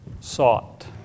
Sought